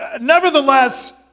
Nevertheless